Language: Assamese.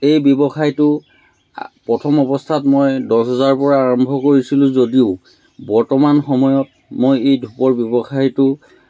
এই ব্যৱসায়টো আ প্ৰথম অৱস্থাত মই দছ হাজাৰৰ পৰা আৰম্ভ কৰিছিলোঁ যদিও বৰ্তমান সময়ত মই এই ধূপৰ ব্যৱসায়টো